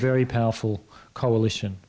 very powerful coalition